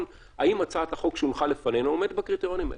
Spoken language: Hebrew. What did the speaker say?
האם הצעת החוק שהונחה לפנינו עומדת בקריטריונים האלה.